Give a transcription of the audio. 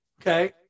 Okay